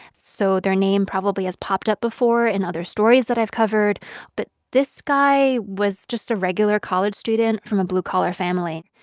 so their name probably has popped up before in other stories that i've covered but this guy was just a regular college student from a blue-collar family.